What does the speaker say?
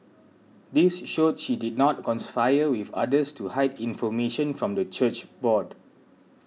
this showed she did not conspire with others to hide information from the church board